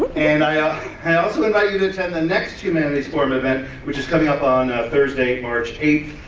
ah and i ah and also invite you to attend the next humanities forum event, which is coming up on thursday, march eighth,